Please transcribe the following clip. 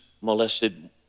molested